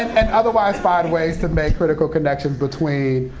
and otherwise find ways to make critical connections between,